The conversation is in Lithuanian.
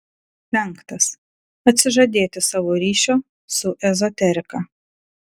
penktas atsižadėti savo ryšio su ezoterika